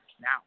Now